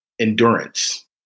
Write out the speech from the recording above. endurance